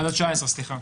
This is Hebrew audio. עד ה-19, סליחה.